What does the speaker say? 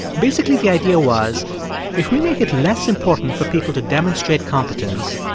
basically, the idea was if we make it less important for people to demonstrate competence,